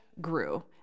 grew